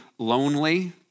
Lonely